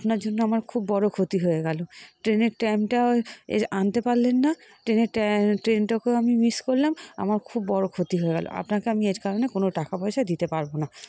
আপনার জন্য আমার খুব বড় ক্ষতি হয়ে গেল ট্রেনের টাইমটাও এই যে আনতে পারলেন না ট্রেনের ট্রেনটাকেও আমি মিস করলাম আমার খুব বড় ক্ষতি হয়ে গেল আপনাকে আমি এর কারণে কোনো টাকা পয়সা দিতে পারব না